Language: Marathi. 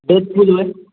डेज फुल होय